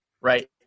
right